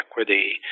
equity